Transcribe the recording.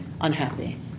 unhappy